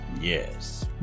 Yes